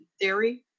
theory